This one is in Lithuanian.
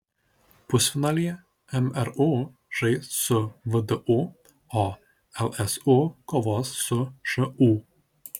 pusfinalyje mru žais su vdu o lsu kovos su šu